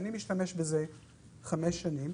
אני משתמש בזה כבר חמש שנים.